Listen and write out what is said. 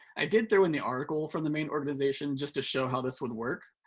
i did throw in the article from the main organization just to show how this would work.